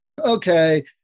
okay